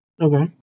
Okay